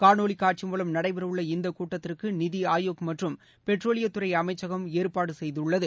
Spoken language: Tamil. காணொளி காட்சி மூலம் நடைபெறவுள்ள இந்த கூட்டத்திற்கு நிதி ஆயோக் மற்றம் பெட்ரோலியத்துறை அமைச்சகம் ஏற்பாடு செய்துள்ளது